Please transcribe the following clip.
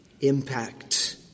impact